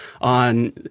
on